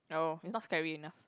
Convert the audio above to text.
oh it's not scary enough